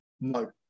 no